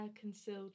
concealed